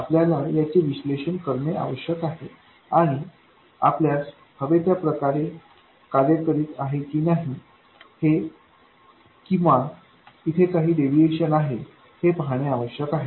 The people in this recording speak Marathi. आपल्याला याचे विश्लेषण करणे आवश्यक आहे आणि हे आपल्यास हवे त्या प्रकारे कार्य करीत आहे की इथे काही डेविएशन आहे ते पाहणे आवश्यक आहे